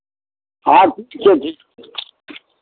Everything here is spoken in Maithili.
हँ ठीक छै ठीक छै